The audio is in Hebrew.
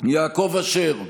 יעקב אשר,